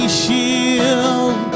shield